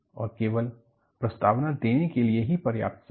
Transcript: और केवल प्रस्तावना देने के लिए ही पर्याप्त समय है